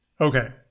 Okay